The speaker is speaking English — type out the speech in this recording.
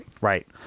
Right